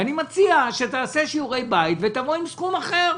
אני מציע שתעשה שיעורי בית ותבוא עם סכום אחר.